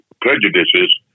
prejudices